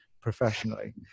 professionally